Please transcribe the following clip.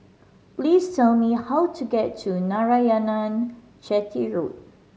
please tell me how to get to Narayanan Chetty Road